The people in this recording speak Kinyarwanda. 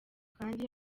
kandi